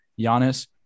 Giannis